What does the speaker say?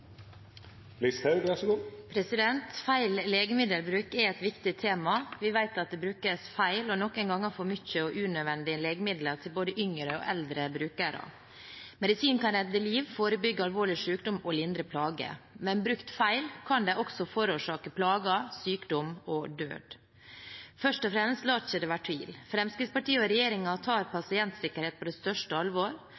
et viktig tema. Vi vet at legemidler brukes feil, og noen ganger brukes de for mye og unødvendig, av både yngre og eldre brukere. Medisin kan redde liv, forebygge alvorlige sykdommer og lindre plager, men brukt feil kan de også forårsake plager, sykdom og død. Først av alt, la det ikke være noen tvil: Fremskrittspartiet og regjeringen tar